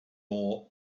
more